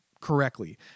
Correctly